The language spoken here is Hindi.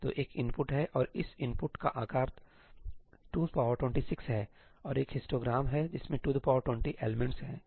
तो एक इनपुट है और इस इनपुटका आकार 226 हैऔर एक हिस्टोग्रामहै जिसमें 220 एलिमेंट्सहैं